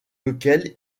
lequel